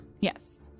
yes